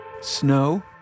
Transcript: Snow